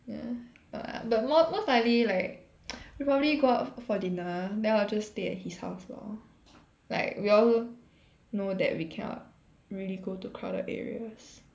ya but l~ but mo~ most likely like we probably go out f~ for dinner then I'll just stay at his house lor like we all know that we cannot really go to crowded areas